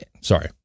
Sorry